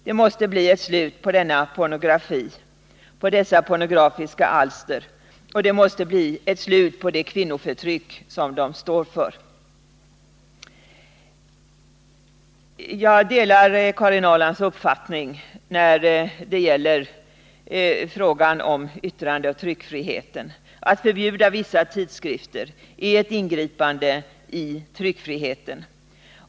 Det måste bli ett slut på utgivandet av dessa pornografiska alster och på det kvinnoförtryck som de står för. Jag delar Karin Ahrlands uppfattning när det gäller frågan om yttrandeoch tryckfriheten. Att förbjuda vissa tidskrifter är ett ingripande mot tryckfriheten.